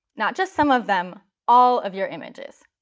not just some of them, all of your images.